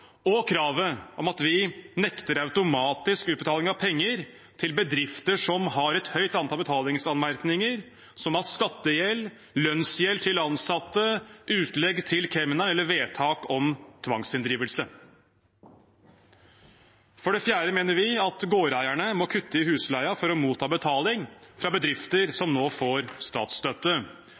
og kravet om at vi nekter automatisk utbetaling av penger til bedrifter som har et høyt antall betalingsanmerkninger, og som har skattegjeld, lønnsgjeld til ansatte, utlegg til kemneren eller vedtak om tvangsinndrivelse. For det fjerde mener vi at gårdeierne må kutte i husleien for å motta betaling fra bedrifter som nå får statsstøtte.